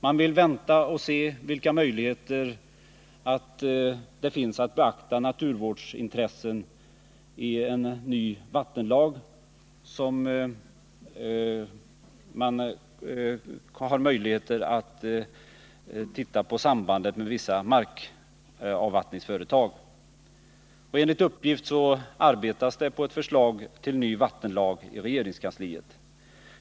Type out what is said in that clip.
Man vill vänta och se vilka möjligheter att beakta naturvårdsintressen i samband med vissa markavvattningsföretag som en ny vattenlag kommer att ge. Enligt uppgift arbetas det på ett förslag till ny vattenlag i regeringskansliet.